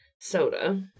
soda